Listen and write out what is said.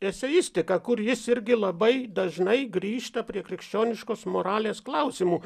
eseistiką kur jis irgi labai dažnai grįžta prie krikščioniškos moralės klausimų